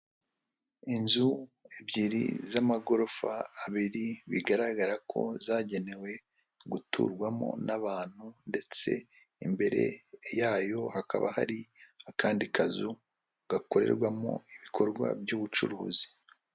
Inzu ebyiri z'amagorofa abiri, bigaragara ko zagenewe guturwamo n'abantu, ndetse imbere yayo hakaba hari akandi kazu, gakorerwamo ibikorwa by'ubucuruzi.